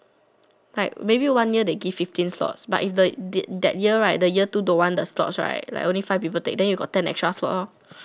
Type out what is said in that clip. like maybe one year they give fifteen slots but if the that year right the year two don't want the slots right like only five people take then you got ten extra slots lor